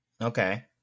Okay